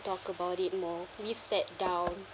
talk about it more we sat down